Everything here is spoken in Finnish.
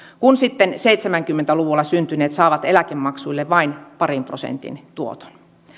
kun sitten seitsemänkymmentä luvulla syntyneet saavat eläkemaksuille vain parin prosentin tuoton